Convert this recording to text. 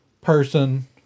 person